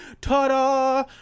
Ta-da